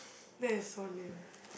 that is so lame